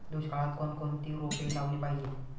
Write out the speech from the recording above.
दुष्काळात कोणकोणती रोपे लावली पाहिजे?